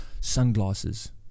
sunglasses